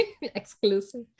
Exclusive